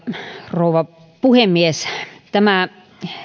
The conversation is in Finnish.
rouva puhemies tämä